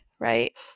right